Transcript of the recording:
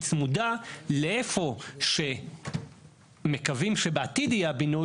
היא צמודה לאיפה שמקווים שבעתיד יהיה הבינוי